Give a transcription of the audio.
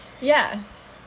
Yes